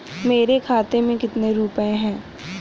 मेरे खाते में कितने रुपये हैं?